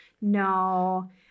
no